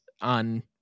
on